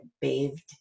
bathed